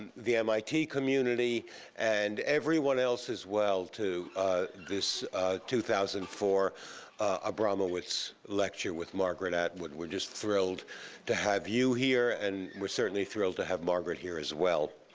and the mit community and everyone else as well to this two thousand and four abramowitz lecture with margaret atwood. we're just thrilled to have you here. and we're certainly thrilled to have margaret here as well.